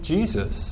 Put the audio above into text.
Jesus